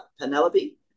Penelope